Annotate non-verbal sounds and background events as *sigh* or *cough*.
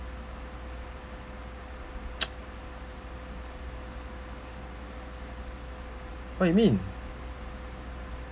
*noise* what you mean